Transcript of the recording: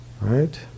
right